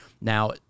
Now